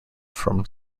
from